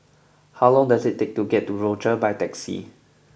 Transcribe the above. how long does it take to get to Rochor by taxi